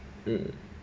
mm